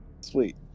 Sweet